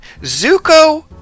Zuko